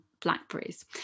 Blackberries